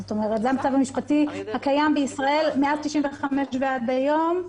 זה המצב המשפטי הקיים בישראל מאז 95' ועד יום,